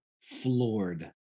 floored